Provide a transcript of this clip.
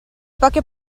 poche